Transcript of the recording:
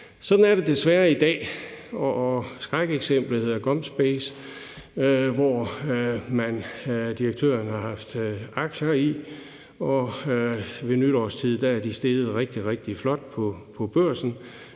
Sådan er det desværre i dag, og skrækeksemplet hedder GomSpace, hvor direktøren har haft aktier i selskabet, og ved nytårstid er de steget rigtig, rigtig flot på Børsen.